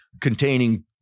containing